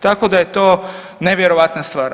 Tako da je to nevjerojatna stvar.